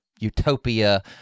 utopia